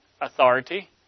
authority